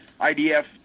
IDF